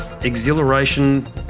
exhilaration